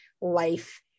life